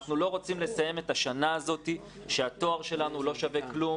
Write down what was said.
אנחנו לא רוצים לסיים את השנה הזאת כשהתואר שלנו לא שווה כלום,